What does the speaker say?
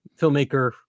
filmmaker